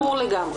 ברור לגמרי.